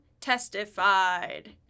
testified